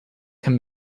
can